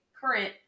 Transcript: current